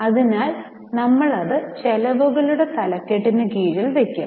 അതിനാൽ ഞങ്ങൾ അത് ചെലവുകളുടെ തലക്കെട്ടിന് കീഴിൽ വയ്ക്കും